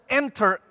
enter